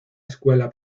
escuela